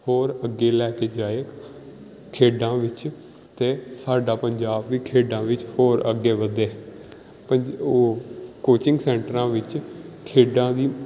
ਹੋਰ ਅੱਗੇ ਲੈ ਕੇ ਜਾਵੇ ਖੇਡਾਂ ਵਿੱਚ ਅਤੇ ਸਾਡਾ ਪੰਜਾਬ ਵੀ ਖੇਡਾਂ ਵਿੱਚ ਹੋਰ ਅੱਗੇ ਵਧੇ ਉਹ ਕੋਚਿੰਗ ਸੈਂਟਰਾਂ ਵਿੱਚ ਖੇਡਾਂ ਦੀ